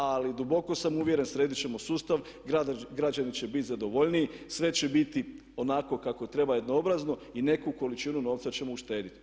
Ali duboko sam uvjeren, sredit ćemo sustav, građani će bit zadovoljniji, sve će biti onako kako treba jednoobrazno i neku količinu novca ćemo uštediti.